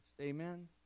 Amen